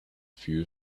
few